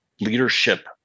leadership